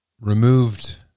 removed